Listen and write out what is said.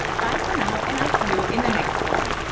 bye for now and i'll see you in the next one.